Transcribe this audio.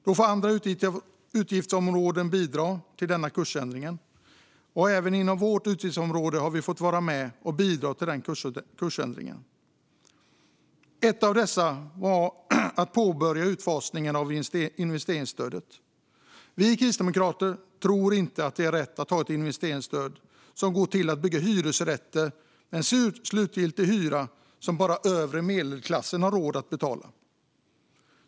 Då får andra utgiftsområden bidra till denna kursändring, och även inom vårt utgiftsområde har vi fått vara med och bidra till kursändringen. En av dessa var att påbörja utfasningen av investeringsstödet. Vi kristdemokrater tror inte att det är rätt att ha ett investeringsstöd som går till att bygga hyresrätter med en slutgiltig hyra som bara övre medelklassen har råd att betala.